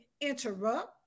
interrupt